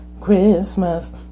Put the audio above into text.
Christmas